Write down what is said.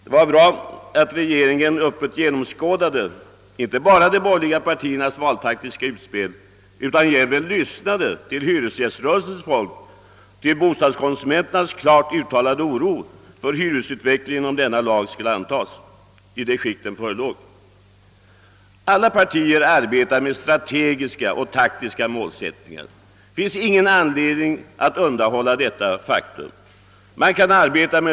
Det var bra att regeringen inte bara klart genomskådade de borgerliga partiernas valtaktiska utspel utan jämväl lyssnade till hyresgäströrelsens folk, till bostadskonsumenternas öppet uttalade oro för hyresutvecklingen om lagen skulle antas i det skick den förelåg. Alla partier arbetar med strategiska och taktiska målsättningar — det finns ingen anledning att fördölja detta faktum.